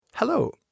Hello